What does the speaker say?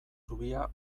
zubia